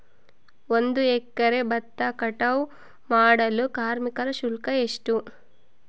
ಒಂದು ಎಕರೆ ಭತ್ತ ಕಟಾವ್ ಮಾಡಲು ಕಾರ್ಮಿಕ ಶುಲ್ಕ ಎಷ್ಟು?